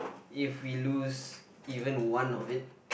if we lose even one of it